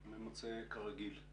ממצה כרגיל.